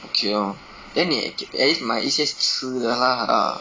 okay lor then 你 at le~ at least 买一些吃的 lah